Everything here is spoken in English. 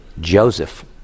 Joseph